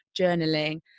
journaling